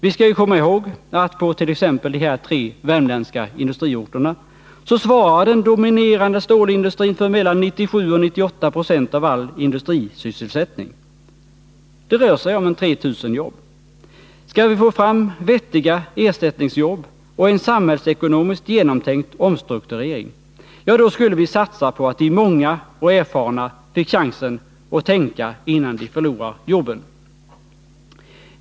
Vi skall ju komma ihåg att på t.ex. de här tre värmländska industriorterna svarar den dominerande stålindustrin för mellan 97 och 98 96 av all industrisysselsättning. Det rör sig om ungefär 3 000 arbeten. Skall vi få fram vettiga ersättningsjobb och en samhällsekonomiskt genomtänkt omstrukturering, ja, då skulle vi satsa på att de många och erfarna får chansen att tänka, innan de förlorar jobben.